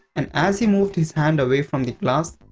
and as he moved his hand away from the glass,